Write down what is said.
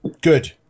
Good